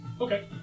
Okay